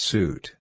Suit